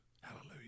hallelujah